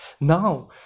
Now